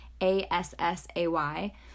A-S-S-A-Y